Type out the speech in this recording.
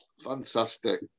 Fantastic